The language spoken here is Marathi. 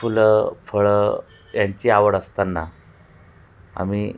फुलं फळं यांची आवड असताना आम्ही